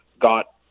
got